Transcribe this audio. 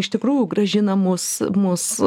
iš tikrųjų grąžina mus mus